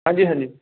ਹਾਂਜੀ ਹਾਂਜੀ